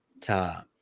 time